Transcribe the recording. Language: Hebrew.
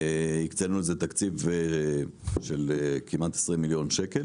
הקצינו לזה תקציב של כמעט עשרים מיליון שקל